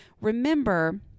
Remember